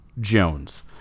Jones